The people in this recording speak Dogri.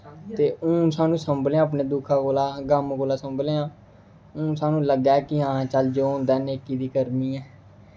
ते हून सानूं संभले आं सानूं दुक्खै कोला गम कोला संभले आं हून सानूं लग्गदा ऐ कि आं चल जो होंदा नेकी दी करनी ऐ